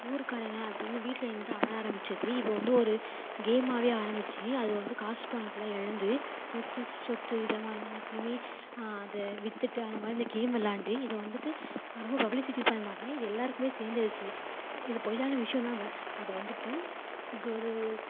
ஊருக்காரங்க அப்படின்னு வீட்டில் இருந்துட்டு ஆட ஆரம்பிச்சது இப்போ வந்து ஒரு கேமாவே ஆரம்பித்து அது வந்து காசு பணத்தலாம் இழந்து சொத்து சொத்து இதை மாதிரி எல்லாத்தையுமே அதை விற்றுட்டு அந்த மாதிரி இந்த கேம் விளாண்டு இதை வந்துட்டு ரொம்ப பப்ளிசிட்டி பண்ணால் இது எல்லோருக்குமே சேந்துருச்சி இது பொய்யான விஷயந்தான் வ அது வந்துட்டு இது ஒரு